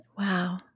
wow